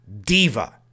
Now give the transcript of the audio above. diva